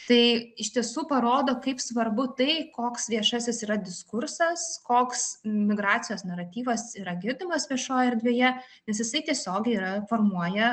tai iš tiesų parodo kaip svarbu tai koks viešasis yra diskursas koks migracijos naratyvas yra girdimas viešojo erdvėje nes jisai tiesiogiai yra formuoja